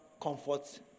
comfort